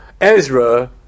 Ezra